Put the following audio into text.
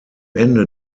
ende